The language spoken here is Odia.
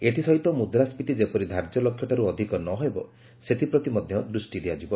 ଏଥିସହିତ ମୁଦ୍ରାସ୍କୀତି ଯେପରି ଧାର୍ଯ୍ୟ ଲକ୍ଷ୍ୟଠାରୁ ଅଧିକ ନ ହେବ ସେଥିପ୍ରତି ମଧ୍ୟ ଦୃଷ୍ଟି ଦିଆଯିବ